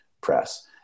press